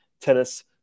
tennis